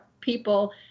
people